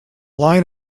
line